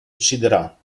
ucciderà